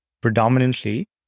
predominantly